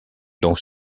dont